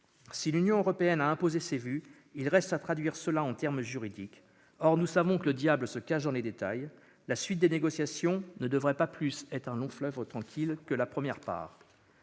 Si l'Union européenne a imposé ses vues, il reste à traduire cela en termes juridiques. Or nous savons que le diable se cache dans les détails. La suite des négociations ne devrait pas plus être un long fleuve tranquille que la première phase.